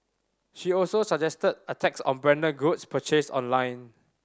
she also suggested a tax on branded goods purchased online